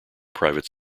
private